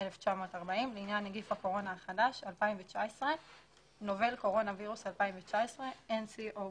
1940 לעניין נגיף הקורונה החדש 2019 -Novel Coronavirus 2019 nCoVׂׂׂׂ.